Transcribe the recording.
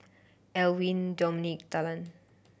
Alwine Dominic Talan